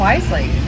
Wisely